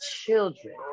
children